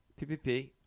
PPP